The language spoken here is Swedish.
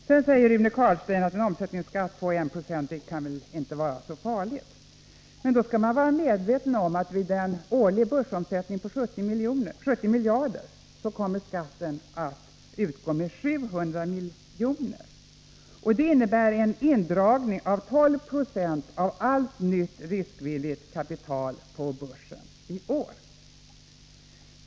Rune Carlstein säger att en omsättningsskatt på 1 20 inte kan vara så farligt. Men då skall man vara medveten om att vid en årlig börsomsättning på 70 miljarder kommer skatt att utgå med 700 miljoner. Det motsvarar en indragning av 12 9o av allt nytt riskvilligt kapital på börsen i år.